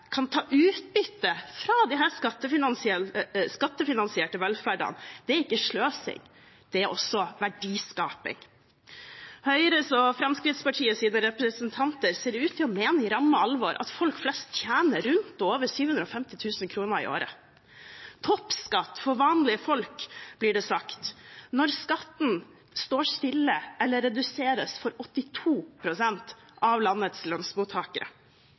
ikke sløsing – det er også verdiskaping. Høyres og Fremskrittspartiets representanter ser ut til å mene i ramme alvor at folk flest tjener rundt og over 750 000 kr i året. Toppskatt for vanlige folk, blir det sagt når skatten står stille eller reduseres for 82 pst. av landets lønnsmottakere.